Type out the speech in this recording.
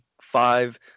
five